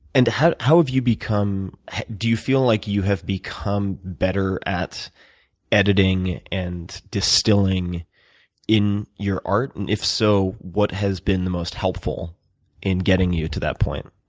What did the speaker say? and how how have you become do you feel like you have become better at editing and distilling in your art? and, if so, what has been the most helpful in getting you to that point?